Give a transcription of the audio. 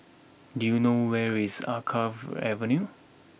do you know where is Alkaff Avenue